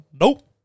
Nope